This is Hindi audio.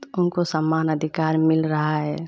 तो उनको सम्मान अधिकार मिल रहा है